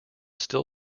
still